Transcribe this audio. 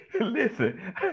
Listen